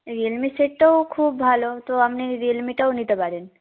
রিয়েলমির সেটটাও খুব ভালো তো আপনি রিয়েলমিটাও নিতে পারেন